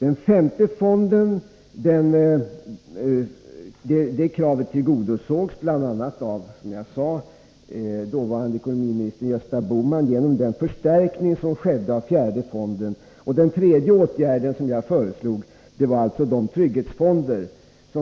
Kravet på en femte fond tillgodosågs bl.a. av, som jag sade, dåvarande ekonomiminister Gösta Bohman genom den förstärkning som skedde av fjärde fonden. Den tredje åtgärd som jag föreslog var alltså inrättandet av trygghetsfonder.